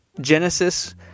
Genesis